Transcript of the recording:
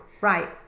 right